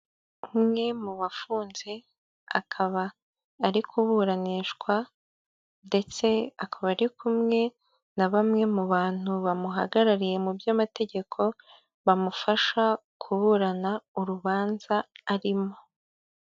Umwe mubafunze akaba ari kuburanishwa ndetse akaba ari kumwe na bamwe mu bantu bamuhagarariye mu by'amategeko bamufasha kuburana urubanza arimo.